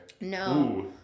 No